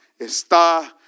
está